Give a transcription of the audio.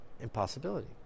impossibility